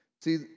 See